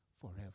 forever